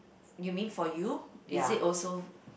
you mean for you is it also